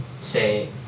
say